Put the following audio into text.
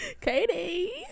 Katie